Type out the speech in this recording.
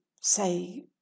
say